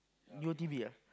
Mio T_V ah